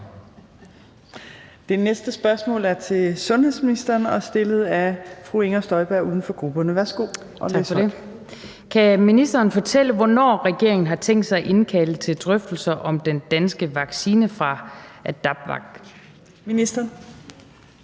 S 1511 (omtrykt) 6) Til sundhedsministeren af: Inger Støjberg (UFG): Kan ministeren fortælle, hvornår regeringen har tænkt sig at indkalde til drøftelse om den danske vaccine fra AdaptVac?